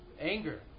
anger